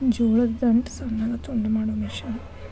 ಜೋಳದ ದಂಟ ಸಣ್ಣಗ ತುಂಡ ಮಾಡು ಮಿಷನ್